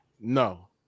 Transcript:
No